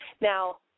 now